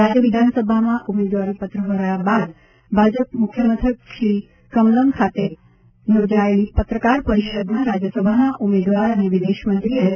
રાજ્ય વિધાનસભામાં ઉમેદવારીપત્ર ભર્યા બાદ ભાજપ મુખ્યમથક શ્રી કમલમ ખાતે યોજાયેલી પત્રકાર પરિષદમાં રાજ્યસભાના ઉમેદવાર અને વિદેશમંત્રી એસ